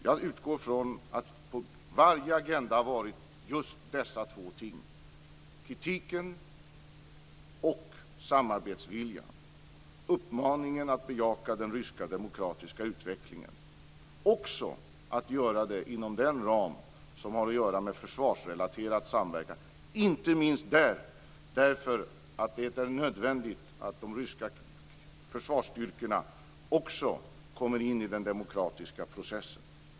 Jag utgår från att på varje agenda har varit just dessa två ting: kritiken och samarbetsviljan, uppmaningen att bejaka den demokratiska ryska utvecklingen, och att också göra det inom den ram som har att göra med försvarsrelaterad samverkan. Det gäller inte minst därför att det är nödvändigt att de ryska försvarsstyrkorna också kommer in i den demokratiska processen.